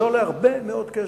זה עולה הרבה מאוד כסף.